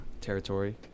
territory